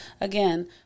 again